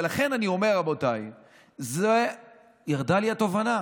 ולכן אני אומר, רבותיי, שהגעתי אל התובנה